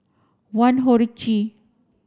one HORCI